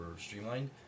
streamlined